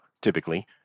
typically